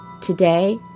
Today